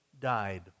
died